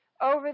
Over